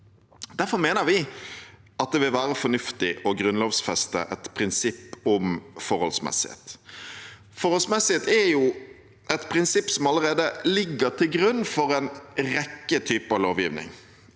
Derfor mener vi det vil være fornuftig å grunnlovfeste et prinsipp om forholdsmessighet. Forholdsmessighet er et prinsipp som allerede ligger til grunn for en rekke typer lovgivning.